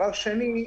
דבר שני,